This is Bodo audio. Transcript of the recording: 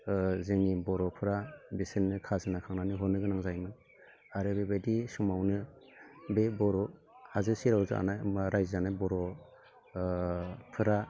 ओ जोंनि बर'फोरा बेसोरनो खाजिना खांनानै हरनो गोनां जायोमोन आरो बेबायदि समावनो बे बर' हाजो सेराव जानाय रायजो जानाय बर' ओ फोरा